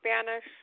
Spanish